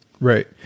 Right